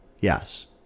yes